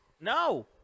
No